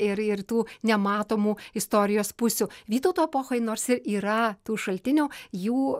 ir ir tų nematomų istorijos pusių vytauto epochoj nors ir yra tų šaltinių jų